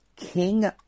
King